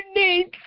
need